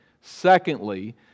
Secondly